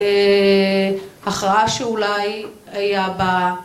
‫הכרעה שאולי היה בה